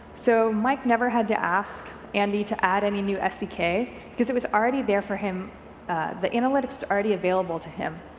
so mike never had to ask andy to add any new sdk because it was already there for him the analytics is already available to him.